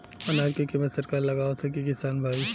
अनाज क कीमत सरकार लगावत हैं कि किसान भाई?